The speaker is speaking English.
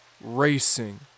racing